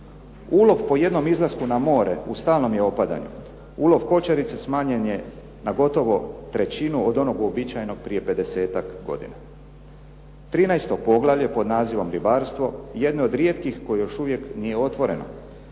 Ulov po jednom izlasku na more u stalnom je opadanju. Ulov kočarice smanjen je gotovo na trećinu od onog uobičajenog prije 50-tak godina. 13. poglavlje pod nazivom ribarstvo jedno je od rijetkih koje još uvijek nije otvoreno.